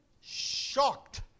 shocked